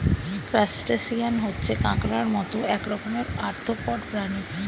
crustacean হচ্ছে কাঁকড়ার মত এক রকমের আর্থ্রোপড প্রাণী